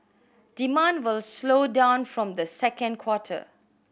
demand will slow down from the second quarter